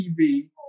TV